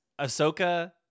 ahsoka